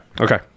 Okay